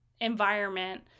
environment